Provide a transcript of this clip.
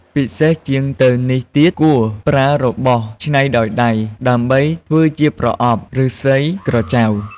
ពិសេសជាងទៅនេះទៀត គួរប្រើរបស់ច្នៃដោយដៃដើម្បីធ្វើជាប្រអប់ (ឫស្សី ក្រចៅ)។